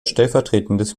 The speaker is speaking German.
stellvertretendes